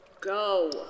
Go